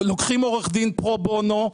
לוקחים עורך דין פרו-בונו,